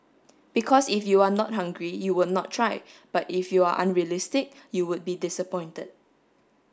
because if you are not hungry you would not try but if you are unrealistic you would be disappointed